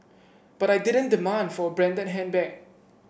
but I didn't demand for a branded handbag